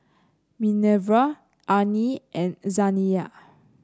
Minerva Arnie and Zaniyah